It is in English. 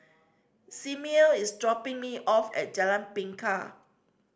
Simmie is dropping me off at Jalan Bingka